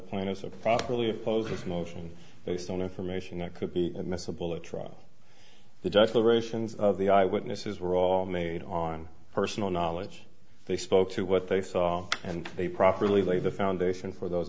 are properly opposed this motion based on information that could be admissible at trial the declaration of the eye witnesses were all made on personal knowledge they spoke to what they saw and they properly lay the foundation for those